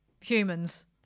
humans